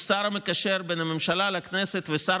הוא השר המקשר בין הממשלה לכנסת ושר